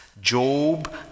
Job